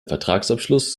vertragsabschluss